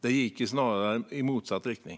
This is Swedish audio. Det gick snarare i motsatt riktning.